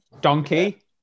donkey